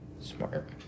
Smart